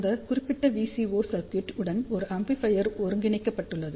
அந்த குறிப்பிட்ட VCO circuit உடன் ஒரு ஆம்ப்ளிபையர் ஒருங்கிணைக்கப்பட்டுள்ளது